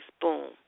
Boom